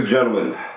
gentlemen